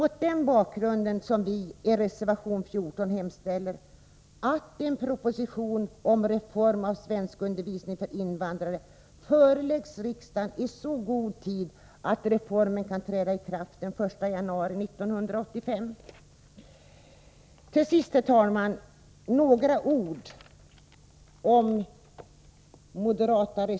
Mot denna bakgrund hemställer vi i reservation 14 att en proposition om en reform att svenskundervisningen för invandrare föreläggs riksdagen i så god tid att reformen kan träda i kraft den 1 januari 1985. Så några ord om reservation 6 från moderaterna.